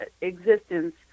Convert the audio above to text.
existence